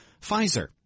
Pfizer